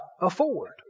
afford